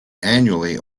annually